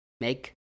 make